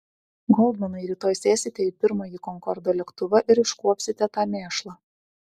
goldmanai rytoj sėsite į pirmąjį konkordo lėktuvą ir iškuopsite tą mėšlą